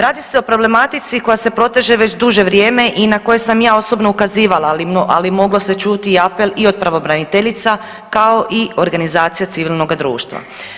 Radi se o problematici koja se proteže već duže vrijeme i na koje sam ja osobno ukazivala, ali moglo se čuti apel i od pravobraniteljica kao i organizacija civilnoga društva.